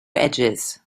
edges